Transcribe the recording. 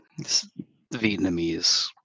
Vietnamese